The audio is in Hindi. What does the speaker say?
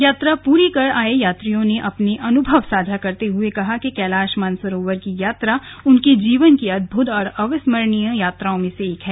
यात्रा पूरी कर आए यात्रियों ने अपने अनुभव साझा करते हुए कहा कि कैलाश मानसरोवर की यात्रा उनके जीवन की अद्भुत और अविस्मरणीय यात्रा में से एक है